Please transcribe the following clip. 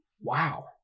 Wow